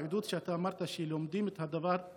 העידוד שאמרת שלומדים את הדבר,